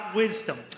wisdom